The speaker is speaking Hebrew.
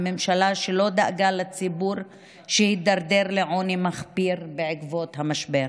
עם הממשלה שלא דאגה לציבור שהידרדר לעוני מחפיר בעקבות המשבר,